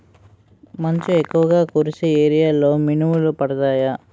మంచు ఎక్కువుగా కురిసే ఏరియాలో మినుములు పండుతాయా?